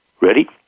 Ready